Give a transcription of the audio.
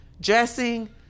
dressing